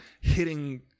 hitting